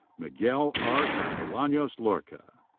miguel r. castellanos lorca.